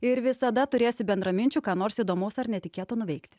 ir visada turėsi bendraminčių ką nors įdomaus ar netikėto nuveikti